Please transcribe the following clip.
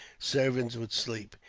servants would sleep.